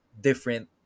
different